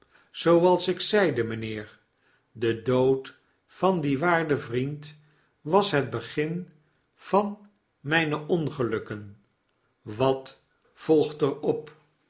zooals ik zeide mijnheer de dood van dien waarden vriend was het begin van myne ongelukken wat volgt er op